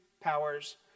powers